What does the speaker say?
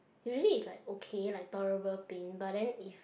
usually is like okay like tolerable pain but then if